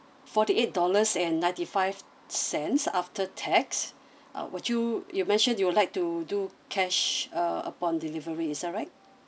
forty eight dollars and ninety five cents after tax uh would you you mentioned you would like to do cash uh upon delivery is that right